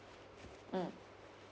mm